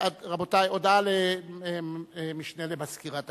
רבותי, הודעה למשנה למזכירת הכנסת.